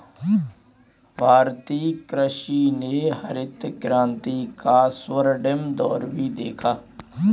भारतीय कृषि ने हरित क्रांति का स्वर्णिम दौर भी देखा